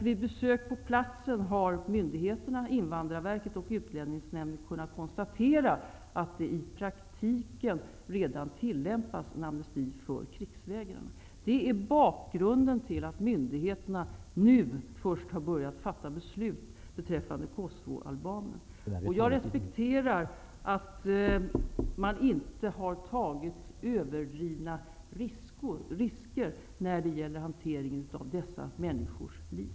Vid besök på platsen har myndigheterna, Invandrarverket och Utlänningsnämnden, kunnat konstatera att det i praktiken redan tillämpas en amnesti för krigsvägrarna. Det är bakgrunden till att myndigheterna först nu har börjat fatta beslut om kosovoalbaner. Jag respekterar att man inte har tagit överdrivna risker när det gäller hanteringen av dessa människors liv.